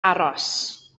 aros